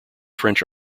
french